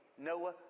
Noah